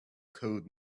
code